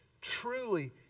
truly